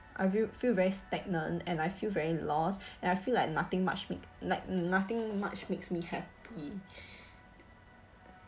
I will feel very stagnant and I feel very lost and I feel like nothing much make like nothing much makes me happy